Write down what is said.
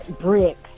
bricks